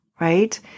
right